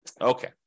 Okay